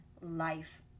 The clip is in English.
life